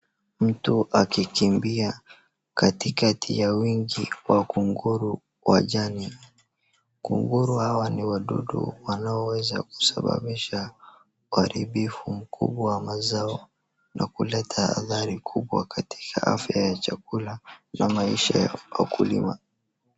Mtu akikimbia katikati ya wingi wa kungulu wa jani. Kungulu hawa ni wadudu wanaoweza kusababisha uharibifu mkubwa wa mazao na kuleta adhari kubwa katika afya ya chakula na maisha ya wakulima.